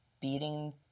beating